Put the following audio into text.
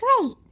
Great